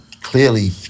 clearly